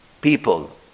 people